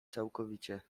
całkowicie